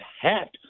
hat